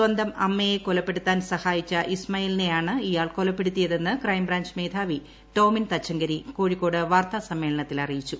സ്വന്തം അമ്മയെ കൊലപ്പെടുത്താൻ സഹായിച്ച ഇസ്മയിലിനെയാണ് ഇയാൾ കൊലപ്പെടുത്തിയതെന്ന് ക്രൈംബ്രാഞ്ച് മേധാവി ടോമിൻ തച്ചങ്കരി കോഴിക്കോട് വാർത്താസമ്മേളനത്തിൽ അറിയിച്ചു